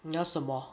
你要什么